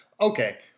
Okay